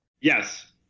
Yes